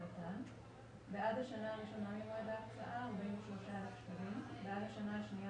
רט"ן בעד השנה הראשונה ממועד ההקצאה- 43,000 בעד השנה השנייה